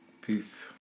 Peace